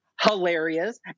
Hilarious